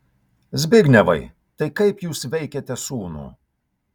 zbignevai tai kaip jūs veikiate sūnų